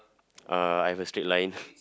uh I have a straight line